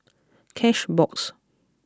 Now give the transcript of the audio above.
cashbox